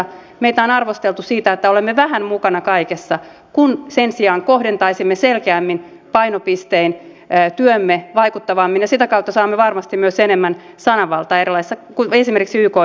meitä on arvosteltu siitä että olemme vähän mukana kaikessa kun sen sijaan kohdentaisimme selkeämmin painopisteen työhömme vaikuttavammin ja sitä kautta saamme varmasti myös enemmän sananvaltaa esimerkiksi erilaisissa yk järjestöissä